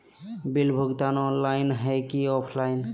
Bill भुगतान online है की ऑफलाइन?